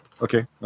Okay